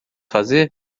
fazer